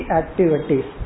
activities